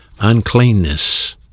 Uncleanness